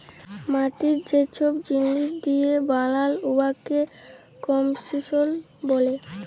মাটি যে ছব জিলিস দিঁয়ে বালাল উয়াকে কম্পসিশল ব্যলে